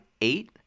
eight